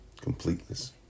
completeness